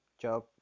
job